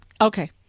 Okay